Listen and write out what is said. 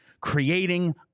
creating